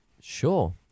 Sure